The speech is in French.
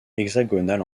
hexagonal